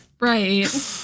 Right